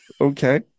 Okay